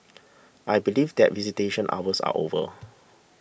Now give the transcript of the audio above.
I believe that visitation hours are over